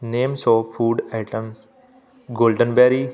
names of food item golden berry